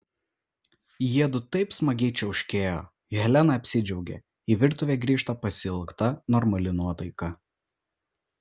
jiedu taip smagiai čiauškėjo helena apsidžiaugė į virtuvę grįžta pasiilgta normali nuotaika